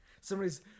Somebody's